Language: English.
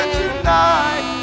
tonight